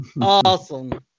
awesome